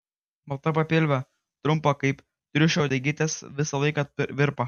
balta papilvė trumpa kaip triušio uodegytė visą laiką virpa